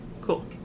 cool